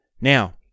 Now